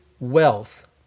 wealth